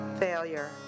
failure